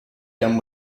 done